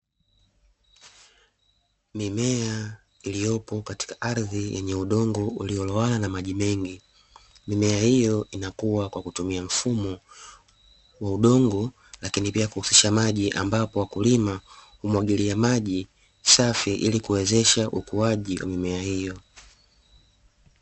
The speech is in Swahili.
Mimea iliyopo katika ardhi yenye udongo uliyo lowana na maji mengi. Mimea hiyo inakuwa kwa kutumia mfumo wa udongo, lakini pia kuhusisha maji ambapo, wamkulima humwagilia maji safi ili kuwezesha ukuaji wa mimea hiyo.